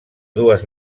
dues